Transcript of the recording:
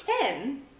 ten